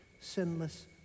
sinless